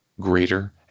greater